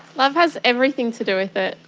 love has everything to do with it.